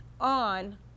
on